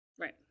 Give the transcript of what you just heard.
Right